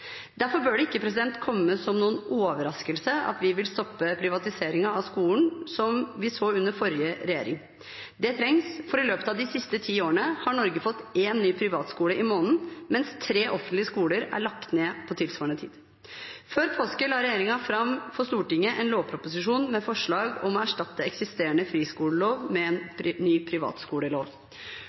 Derfor bør det ikke komme som noen overraskelse at vi vil stoppe den privatiseringen av skolen som vi så under den forrige regjeringen. Det trengs, for i løpet av de siste ti årene har Norge fått én ny privatskole i måneden, mens tre offentlige skoler er lagt ned på tilsvarende tid. Før påske la regjeringen fram for Stortinget en lovproposisjon med forslag om å erstatte den eksisterende friskoleloven med en ny privatskolelov.